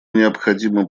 необходимо